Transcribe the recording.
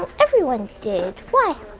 everyone did. why?